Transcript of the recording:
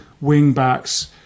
wing-backs